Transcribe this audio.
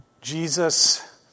Jesus